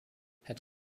had